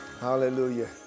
Hallelujah